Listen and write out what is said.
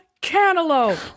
cantaloupe